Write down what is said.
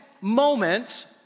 moment